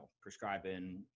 prescribing